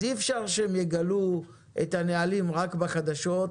אז אי-אפשר שהם יגלו את הנהלים רק בחדשות,